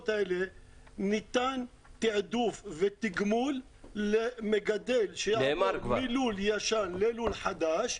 ניתן תעדוף ותגמול למגדל שיעבור מלול ישן ללול חדש,